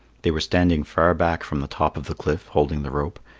they were standing far back from the top of the cliff, holding the rope,